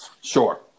Sure